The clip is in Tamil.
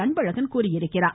அன்பழகன் தெரிவித்திருக்கிறார்